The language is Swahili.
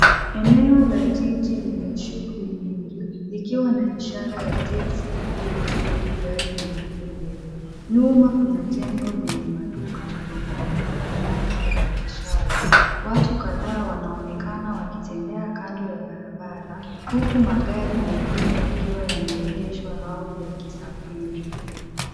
Eneo la jiji lenye shughuli nyingi likiwa na ishara ya teksi iliyo juu ya gari nyeupe mbele. Nyuma kuna jengo lenye maduka mbalimbali na alama za biashara. Watu kadhaa wanaonekana wakitembea kando ya barabara, huku magari mengine yakiwa yameegeshwa au yakisafiri.